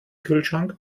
kühlschrank